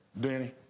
Danny